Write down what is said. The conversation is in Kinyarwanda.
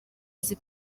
izi